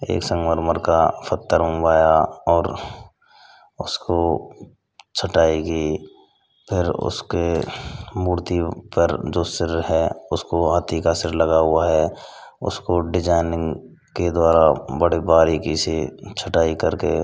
एक संगमरमर का पत्थर मँगवाया और उसको छटाई की फिर उसके मूर्ति पर जो सिर है उसको हाथी का सिर लगा हुआ है उसको डिजाइनिंग के द्वारा बड़ी बारीकी से छँटाई करके